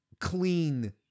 clean